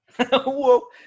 whoa